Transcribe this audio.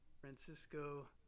Francisco